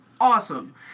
awesome